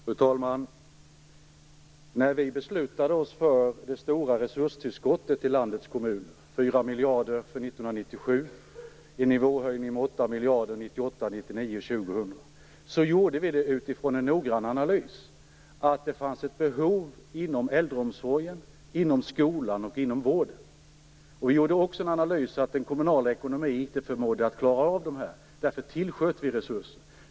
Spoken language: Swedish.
Fru talman! När vi beslutade oss för det stora resurstillskottet till landets kommuner - 4 miljarder för 1997 och en nivåhöjning med 8 miljarder år 1998, 1999 och 2000 - gjorde vi det utifrån en noggrann analys av att det fanns ett behov inom äldreomsorgen, skolan och vården. Vi gjorde också analysen att den kommunala ekonomin inte förmådde att klara av detta. Därför tillsköt vi resurser.